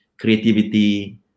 creativity